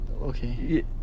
Okay